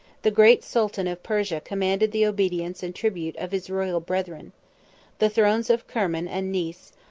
the great sultan of persia commanded the obedience and tribute of his royal brethren the thrones of kerman and nice,